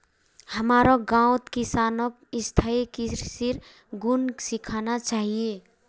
हमारो गांउत किसानक स्थायी कृषिर गुन सीखना चाहिए